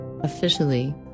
Officially